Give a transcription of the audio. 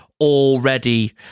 Already